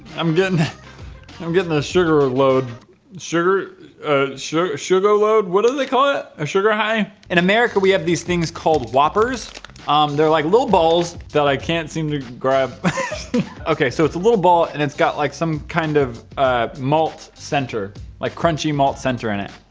i'm getting i'm getting a sugar ah overload sure ah sure sugar load. what do they call it a sugar high in america? we have these things called whoppers um they're like little balls that i can't seem to grab okay, so it's a little ball, and it's got like some kind of malt center like crunchy malt center in it